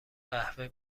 قهوه